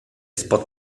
spod